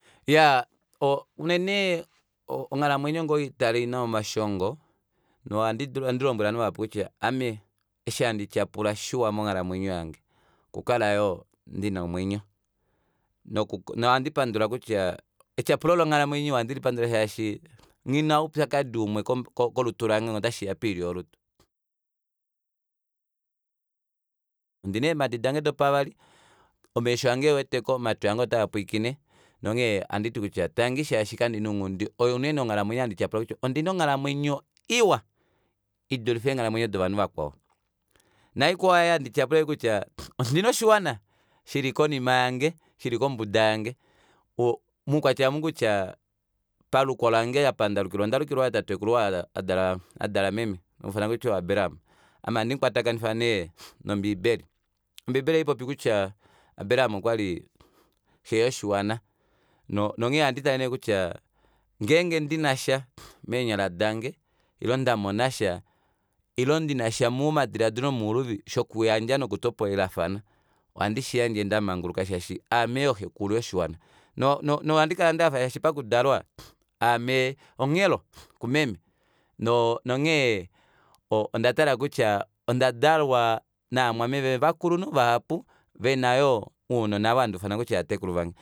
Iyaa oo unene onghalamwenyo ngee oweitale oina omashongo nohandi lombwele ovanhu vahapu kutya ame eshi handi tyapula shiwa monghalamwenyo yange okukala yoo ndina omwenyo nohandi pandula kutya etyapulo longhalamwenyo iwa ohandi lipandula shaashi nghina oupyakadi washa kolutu lange ngee otashiya poilyo yolutu ondina eemadi dange dopavali omesho ange eeweteko omatwi ange otaapwiikine nonghee ohanditi kutya tangi shaashi kandina ounghundi oyo unene onghalamwenyo handi tyapula kutya ondina onghalamwenyo iwa idulife eenghalamwenyo dovanhu vakwao naikwao oyo handi tyapula oyoyo kutya ondina oshiwana shili konima yange shili kombuda yange moukwatya omukutya paluko lange apa ndalukilwa ondalukilwa tatekulu wange ou adala adala meme haufanwa kutya o abraham ame handi mukwatakanifa nee nombibeli ombibeli ohaipopi kutya abraham okwali xee yoshiwana nonghee ohandi tale neekutya ngenge ndinasha meenyala dange ile ndamonasha ile ndinasha momadilaadilo omouluvi shoku yandja noku topolelafana ohandi shiyandje ndamanguluka aame yoo xekulu yoshiwan no- no- no nohandi kala ndahafa shaashi pakudalwa aame onghelo kumeme nonghee ondatala kutya ondadalwa namwameme ovakulunhu vahapu vena yoo ounona ovo handi ufana kutya ovatekulu vange